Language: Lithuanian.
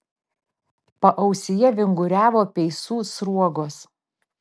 paausyje vinguriavo peisų sruogos